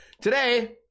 today